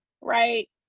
right